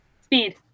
Speed